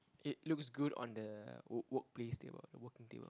it looks good on the work work place table the working table